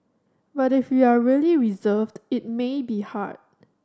but if you are really reserved it may be hard